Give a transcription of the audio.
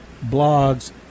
blogs